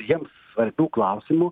jiems svarbių klausimų